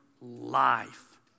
life